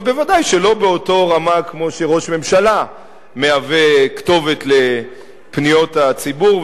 אבל ודאי שלא באותה רמה כמו שראש ממשלה הוא כתובת לפניות הציבור.